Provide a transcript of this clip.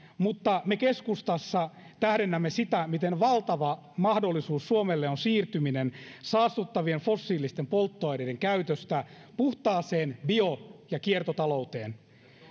mutta me keskustassa tähdennämme sitä miten valtava mahdollisuus suomelle on siirtyminen saastuttavien fossiilisten polttoaineiden käytöstä puhtaaseen bio ja kiertotalouteen